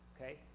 Okay